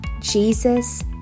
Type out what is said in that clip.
Jesus